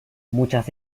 muchas